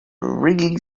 really